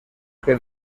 que